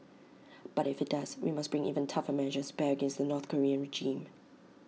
but if IT does we must bring even tougher measures bear against the north Korean regime